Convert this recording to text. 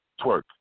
Twerk